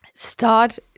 Start